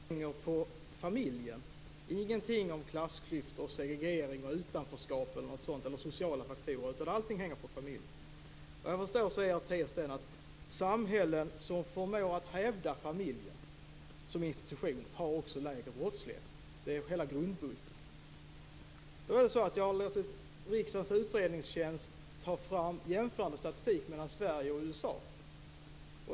Herr talman! Det verkar vara så enkelt i kristdemokraternas värld. Allt hänger på familjen. Det sägs ingenting om klassklyftor, segregering, utanförskap, sociala faktorer eller något sådant. Allting hänger på familjen. Vad jag förstår är er tes att samhällen som förmår att hävda familjen som institution också har lägre brottslighet. Det är själva grundbulten. Då är det så att jag har låtit Riksdagens utredningstjänst ta fram jämförande statistik mellan Sverige och USA.